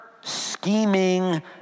scheming